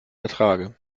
ertrage